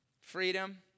freedom